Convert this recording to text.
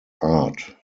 art